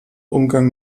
umgang